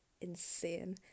insane